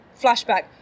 Flashback